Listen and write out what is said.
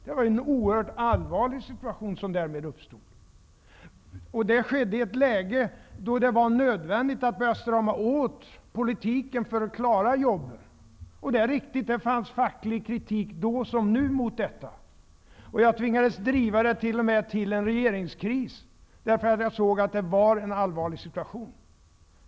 Det var därmed en oerhört allvarlig situation som uppstod. Det skedde i ett läge då det var nödvändigt att strama åt politiken för att klara jobben. Det är riktigt att det fanns facklig kritik då som nu mot detta. Jag tvingades t.o.m. att driva frågan till en regeringskris då jag såg hur allvarlig situationen var.